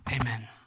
amen